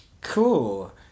Cool